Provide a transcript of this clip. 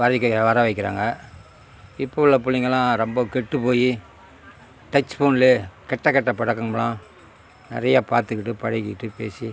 பாதிக்க வர வைக்கிறாங்க இப்போது உள்ள பிள்ளைகளாம் ரொம்ப கெட்டு போய் டச் ஃபோன்லேயே கெட்ட கெட்ட பழக்கம் எல்லாம் நிறையா பார்த்துக்கிட்டு பழகிக்கிட்டு பேசி